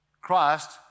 Christ